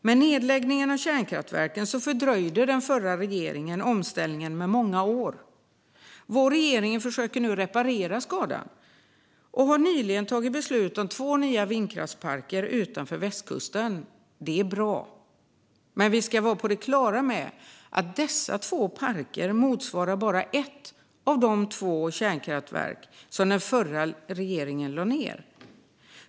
Med nedläggningen av kärnkraftverken fördröjde den förra regeringen omställningen med många år. Vår regering försöker nu reparera skadan och har nyligen tagit beslut om två nya vindkraftsparker utanför västkusten. Det är bra. Men vi ska vara på det klara med att dessa två parker motsvarar bara ett av de kärnkraftverk som den förra regeringen lade ned.